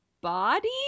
body